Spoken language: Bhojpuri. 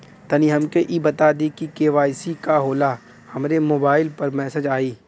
तनि हमके इ बता दीं की के.वाइ.सी का होला हमरे मोबाइल पर मैसेज आई?